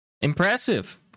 Impressive